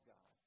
God